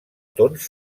tons